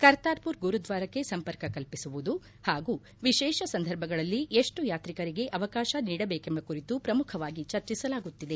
ಕರ್ತಾರ್ಪುರ್ ಗುರುದ್ಲಾರಕ್ಕೆ ಸಂಪರ್ಕಕಲ್ಲಿಸುವುದು ಹಾಗೂ ವಿಶೇಷ ಸಂದರ್ಭಗಳಲ್ಲಿ ಎಷ್ಟು ಯಾತ್ರಿಕರಿಗೆ ಅವಕಾಶ ನೀಡಬೇಕೆಂಬ ಕುರಿತು ಪ್ರಮುಖವಾಗಿ ಚರ್ಚಿಸಲಾಗುತ್ತಿದೆ